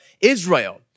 Israel